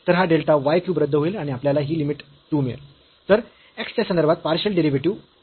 तर हा delta y cube रद्द होईल आणि आपल्याला ही लिमिट 2 मिळेल